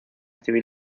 civil